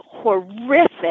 horrific